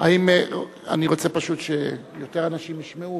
אני רוצה פשוט שיותר אנשים ישמעו.